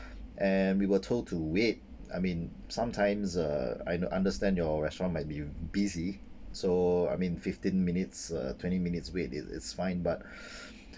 and we were told to wait I mean sometimes uh I n~ understand your restaurant might be busy so I mean fifteen minutes uh twenty minutes wait it it's fine but